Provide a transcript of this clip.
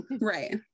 Right